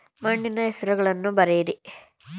ಮಣ್ಣಿನ ಹೆಸರುಗಳನ್ನು ಬರೆಯಿರಿ